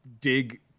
dig